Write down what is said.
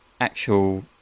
actual